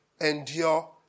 endure